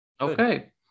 Okay